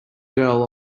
girl